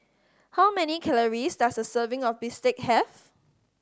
how many calories does a serving of bistake have